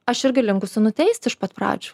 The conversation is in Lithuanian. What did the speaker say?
aš irgi linkusi nuteisti iš pat pradžių